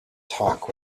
talk